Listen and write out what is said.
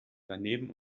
daneben